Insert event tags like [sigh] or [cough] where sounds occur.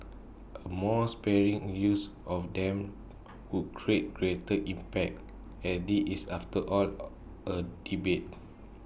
A more sparing use of them would create greater impact as this is after all [hesitation] A debate